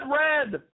red